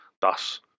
Thus